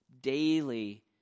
daily